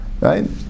Right